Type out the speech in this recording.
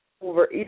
Over